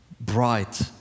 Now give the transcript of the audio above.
bright